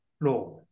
law